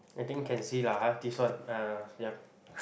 I think can see lah !huh! this one uh yeah